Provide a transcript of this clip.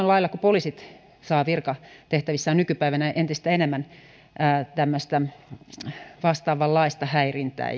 lailla kuin poliisit saavat virkatehtävissään nykypäivänä entistä enemmän tämmöistä vastaavanlaista häirintää